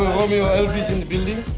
romeo elvis is in the building.